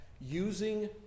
using